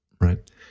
Right